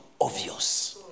obvious